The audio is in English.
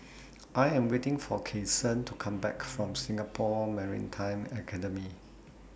I Am waiting For Kyson to Come Back from Singapore Maritime Academy